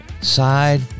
side